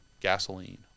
gasoline